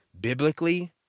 biblically